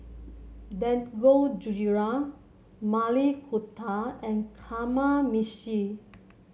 Dangojiru Maili Kofta and Kamameshi